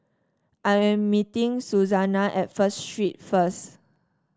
I am meeting Susannah at First Street first